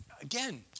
again